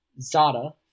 Zada